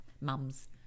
mums